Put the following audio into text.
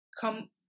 come